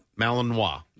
Malinois